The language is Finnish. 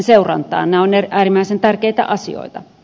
nämä ovat äärimmäisen tärkeitä asioita